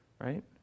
Right